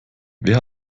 wer